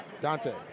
Dante